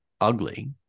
ugly